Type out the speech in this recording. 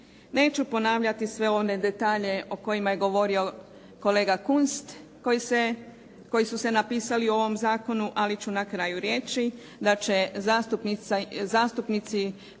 Neću ponavljati sve one detalje o kojima je govorio kolega Kunst koji su se napisali u ovom zakonu, ali ću na kraju reći da će zastupnici